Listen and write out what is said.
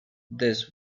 this